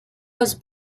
was